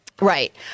Right